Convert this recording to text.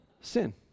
sin